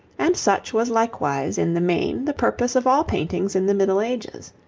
and such was likewise in the main the purpose of all paintings in the middle ages.